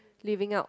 living out